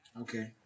Okay